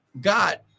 God